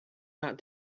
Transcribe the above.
not